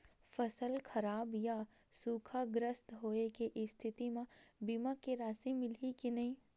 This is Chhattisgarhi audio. फसल खराब या सूखाग्रस्त होय के स्थिति म बीमा के राशि मिलही के नही?